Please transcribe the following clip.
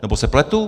Nebo se pletu?